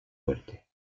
fuerte